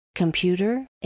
Computer